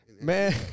Man